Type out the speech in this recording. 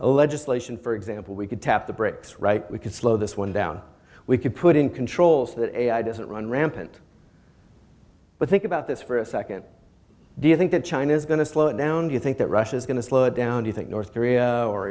legislation for example we could tap the brakes right we could slow this one down we could put in controls that doesn't run rampant but think about this for a second do you think that china is going to slow down do you think that russia is going to slow down do you think north korea or